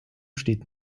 steht